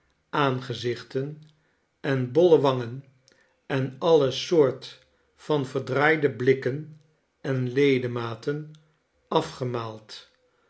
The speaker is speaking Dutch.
aangezichten en bolle wangen en alle soort van verdraaide blikken en ledematen afgemaald